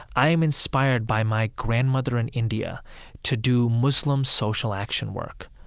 i am inspired by my grandmother in india to do muslim social action work.